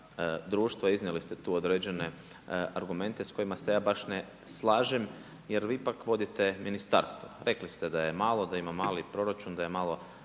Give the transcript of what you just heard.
Iznijeli ste tu određene argumente s kojima se ja baš ne slažem, jer vi ipak vodite ministarstvo. Rekli ste da je malo, da ima mali proračun, da je malo